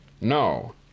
No